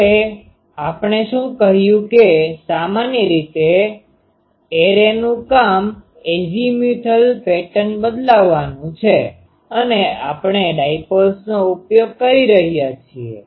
હવે આપણે શું કહ્યું કે સામાન્ય રીતે એરેનું કામ એઝીમ્યુથલ પેટર્ન બદલવાનું છે અને આપણે ડાયપોલ્સનો ઉપયોગ કરી રહ્યા છીએ